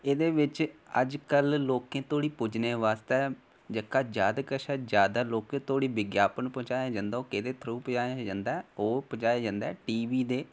एह्दे बिच अज्ज कल लोकें तक पुज्जनें वास्तै जेह्का जादा कशा जादा लोकें धोड़ी विज्ञापन पजाया जंदा ओह् केह्दे थ्रू पजाया जंदा ऐ ओह् पजाया जंदा ऐ टी वी दे कारण